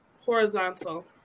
horizontal